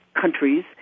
countries